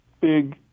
big